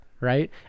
Right